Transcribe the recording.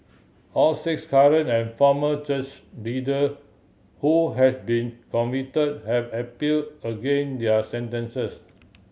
all six current and former church leader who has been convict have appeal again their sentences